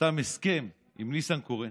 חתם על הסכם עם ניסנקורן